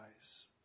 eyes